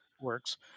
works